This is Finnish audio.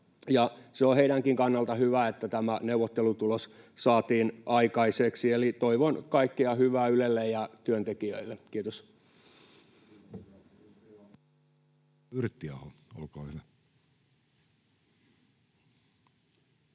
On heidänkin kannaltaan hyvä, että tämä neuvottelutulos saatiin aikaiseksi. Eli toivon kaikkea hyvää Ylelle ja työntekijöille. — Kiitos. [Speech 71]